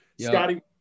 Scotty